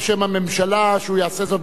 והוא יעשה זאת בקצרה בוודאי,